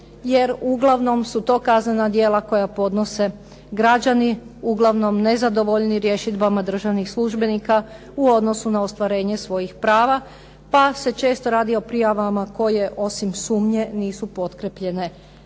jer uglavnom su to kaznena djela koja podnose građani uglavnom nezadovoljni rješidbama državnih službenika u odnosu na ostvarenje svojih prava, pa se često radi o prijavama koje osim sumnje nisu potkrepljene